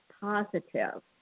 positive